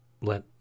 let